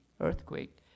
earthquake